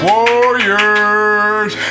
Warriors